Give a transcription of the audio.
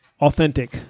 authentic